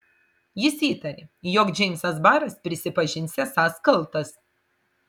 jis įtarė jog džeimsas baras prisipažins esąs kaltas